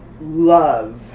love